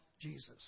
Jesus